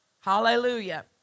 Hallelujah